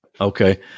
Okay